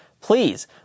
please